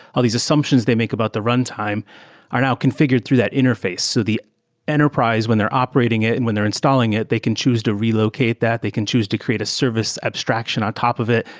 all these assumptions they make about the runtime are now configured through that interface. so the enterprise, when they're operating it and when they're installing it, they can choose to relocate that. they can choose to create a service abstraction on top of it.